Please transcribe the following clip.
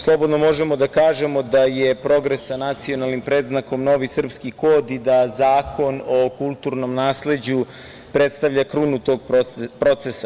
Slobodno možemo da kažemo da je progres sa nacionalnim predznakom novi srpski kod i da zakon o kulturnom nasleđu, predstavlja krunu tog procesa.